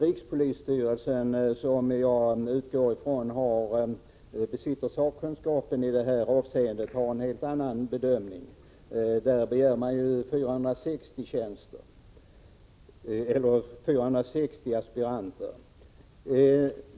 Rikspolisstyrelsen som — det förutsätter jag — besitter sakkunskapen i detta avseende har en helt annan bedömning. Därifrån begärs 460 aspiranter.